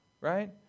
right